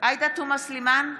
תומא סלימאן,